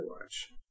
watch